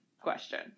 question